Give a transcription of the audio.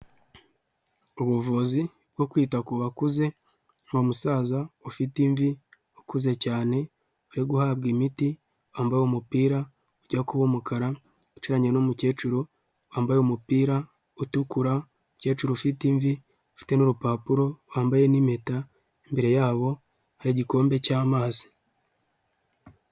Ubuvuzi nko kwita ku bakuze ni musaza ufite imvi ukuze cyane uri guhabwa imiti wambaye umupira ujya kuba umukara wicaranye n'umukecuru wambaye umupira utukura umukecuru ufite imvi afite n'urupapuro rwambaye nimpeta mbere yabo hari igikombe cy'amazi.